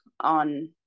on